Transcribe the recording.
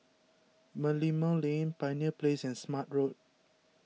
Merlimau Lane Pioneer Place and Smart Road